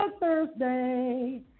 Thursday